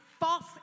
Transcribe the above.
False